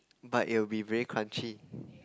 but it will be very crunchy